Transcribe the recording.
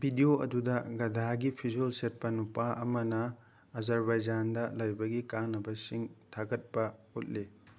video ꯑꯗꯨꯗ ꯒꯙꯥꯒꯤ ꯐꯤꯖꯣꯜ ꯁꯦꯠꯄ ꯅꯨꯄꯥ ꯑꯃꯅ ꯑꯖꯔꯕꯩꯖꯥꯟꯗ ꯂꯩꯕꯒꯤ ꯀꯥꯟꯅꯕꯁꯤꯡ ꯊꯥꯒꯠꯄ ꯎꯠꯂꯤ